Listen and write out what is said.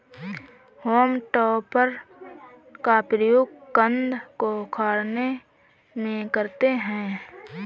home टॉपर का प्रयोग कन्द को उखाड़ने में करते हैं